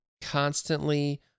constantly